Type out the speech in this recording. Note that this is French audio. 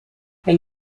elle